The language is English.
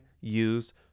use